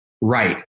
Right